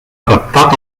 adaptat